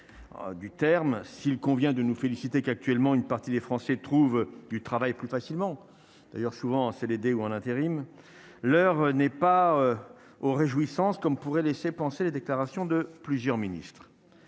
du terme s'il convient de nous féliciter qu'actuellement une partie des Français trouvent du travail plus facilement d'ailleurs souvent en CDD ou en intérim, l'heure n'est pas aux réjouissances comme pourrait laisser penser les déclarations de plusieurs ministres,